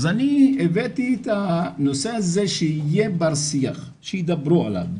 אז הבאתי את הנושא הזה שיהיה בשיח, שידברו עליו.